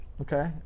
Okay